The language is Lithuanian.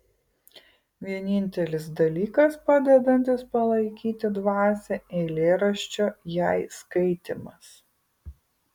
vienintelis dalykas padedantis palaikyti dvasią eilėraščio jei skaitymas